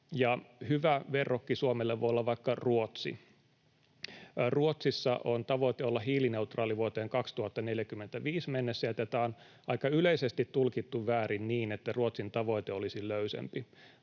hyvä verrokki Suomelle voi olla vaikka Ruotsi. Ruotsissa on tavoite olla hiilineutraali vuoteen 2045 mennessä, ja tätä on aika yleisesti tulkittu väärin niin, että Ruotsin tavoite olisi löysempi,